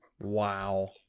Wow